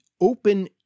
open